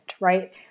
right